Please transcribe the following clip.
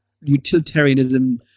utilitarianism